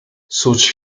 such